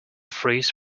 freeze